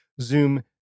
Zoom